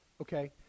okay